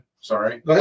sorry